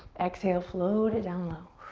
exhale, float it down low.